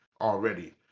already